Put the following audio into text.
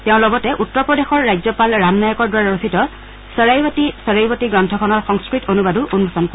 তেওঁ লগতে উত্তৰ প্ৰদেশৰ ৰাজ্যপাল ৰাম নায়কৰ দ্বাৰা ৰচিত চ্চৰাইভেটি চ্চৰাইভেটি গ্ৰন্থখনৰ সংস্কৃত অনূবাদো উন্মোচন কৰিব